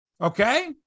Okay